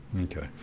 Okay